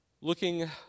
looking